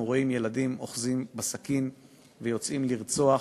רואים ילדים אוחזים בסכין ויוצאים לרצוח,